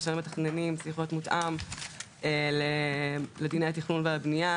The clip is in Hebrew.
כאשר מתכננים זה צריך להיות מותאם לדיני התכנון והבנייה,